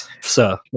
Sir